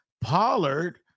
Pollard